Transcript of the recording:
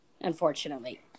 unfortunately